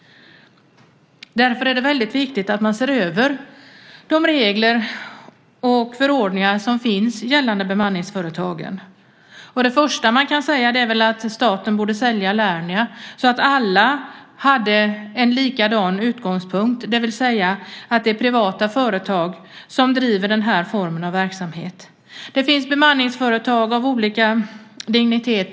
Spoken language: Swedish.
Därför är det väldigt viktigt att man ser över de regler och förordningar som gäller för bemanningsföretagen. Det första man kan säga är väl att staten borde sälja Lernia så att alla, det vill säga de privata företag som driver den här formen av verksamhet, får samma utgångspunkt. Det finns bemanningsföretag av olika dignitet.